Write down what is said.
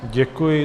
Děkuji.